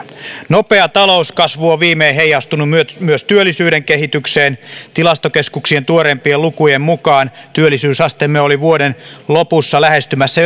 nopea talouskasvu on viimein heijastunut myös myös työllisyyden kehitykseen tilastokeskuksen tuoreimpien lukujen mukaan työllisyysasteemme oli vuoden lopussa lähestymässä